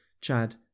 Chad